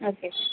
okay